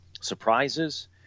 surprises